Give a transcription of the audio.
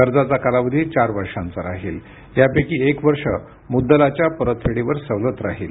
कर्जाचा कालावधी चार वर्षांचा राहील यापैकी एक वर्ष मुद्दलाच्या परतफेडीवर सवलत राहील